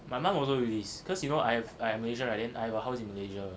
my mum also release cause you know I I am malaysian right then I have a house in malaysia